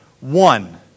one